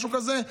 משהו כזה.